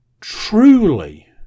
truly